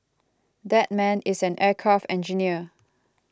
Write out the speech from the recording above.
that man is an aircraft engineer